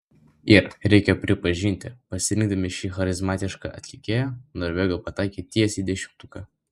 ir reikia pripažinti pasirinkdami šį charizmatišką atlikėją norvegai pataikė tiesiai į dešimtuką